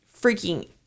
freaking